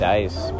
Dice